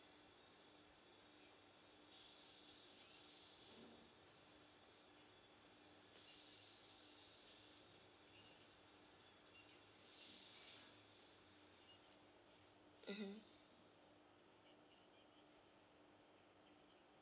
mmhmm